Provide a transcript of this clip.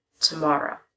tomorrow